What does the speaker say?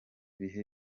bihe